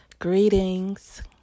Greetings